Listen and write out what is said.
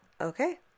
Okay